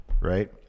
Right